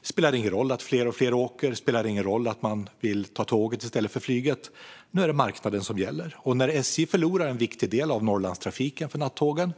Det spelar ingen roll att fler och fler åker och vill ta tåget i stället för flyget. Nu är det marknaden som gäller, och när SJ förlorar en viktig del av Norrlandstrafiken för natttågen